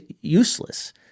useless